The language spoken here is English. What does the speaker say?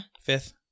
Fifth